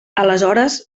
aleshores